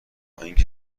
اینکه